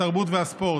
התרבות והספורט.